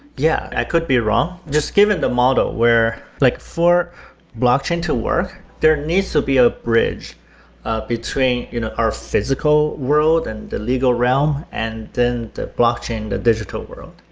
yeah, i could be wrong. just given the model where like for blockchain to work, there needs to be a bridge ah between you know our physical world and the legal realm and then the blockchain, the digital world.